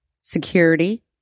security